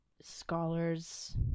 scholars